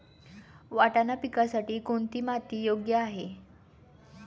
वाटाणा पिकासाठी कोणती माती योग्य आहे?